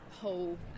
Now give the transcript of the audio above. whole